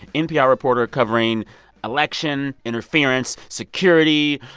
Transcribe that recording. npr reporter covering election, interference, security,